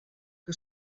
que